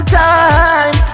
time